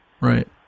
Right